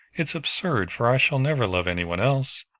it is absurd, for i shall never love any one else.